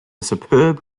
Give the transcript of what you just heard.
superb